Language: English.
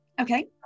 Okay